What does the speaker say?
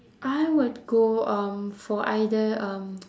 I would go um for either um